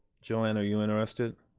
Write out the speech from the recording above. joanne, are you interested?